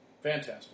Fantastic